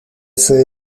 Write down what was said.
sede